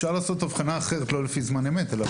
אפשר לעשות הבחנה אחרת ולא לפי זמן אמת אלא